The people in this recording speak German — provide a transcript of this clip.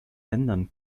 ländern